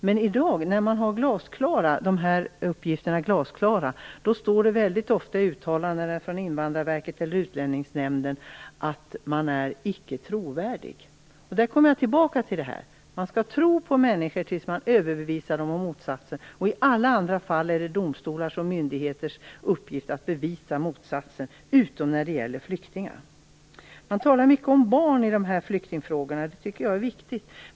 Men i dag när den som söker uppehållstillstånd har glasklara sådana uppgifter står det ofta i uttalandena från Invandrarverket eller Utlänningsnämnden att man är icke trovärdig. Jag återkommer till att man skall tro på att människor talar sanning tills motsatsen är bevisad. I alla andra fall utom när det gäller flyktingar är det domstolars och myndigheters uppgift att bevisa motsatsen. Det talas mycket om barn i samband med flyktingfrågor. Det tycker jag är viktigt.